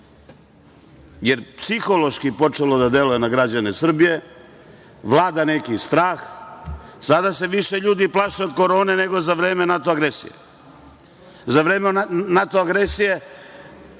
jer psihološki je počelo da deluje na građane Srbije. Vlada neki strah. Sada se više ljudi plaše od korone nego za vreme NATO agresije. Za vreme NATO agresije